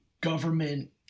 government